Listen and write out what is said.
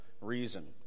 reason